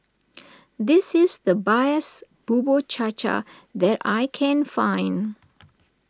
this is the bias Bubur Cha Cha that I can find